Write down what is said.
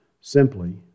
simply